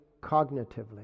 cognitively